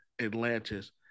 Atlantis